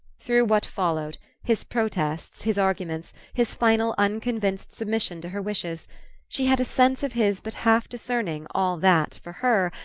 through what followed his protests, his arguments, his final unconvinced submission to her wishes she had a sense of his but half-discerning all that, for her,